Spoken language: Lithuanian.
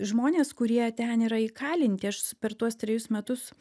žmonės kurie ten yra įkalinti aš per tuos trejus metus